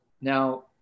Now